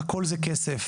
הכול זה כסף,